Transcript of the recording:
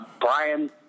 Brian